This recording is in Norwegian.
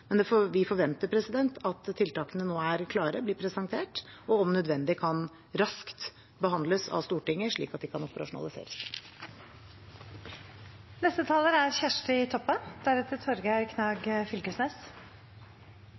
Vi forventer at tiltakene nå er klare og blir presentert, og at de om nødvendig kan behandles raskt av Stortinget, slik at de kan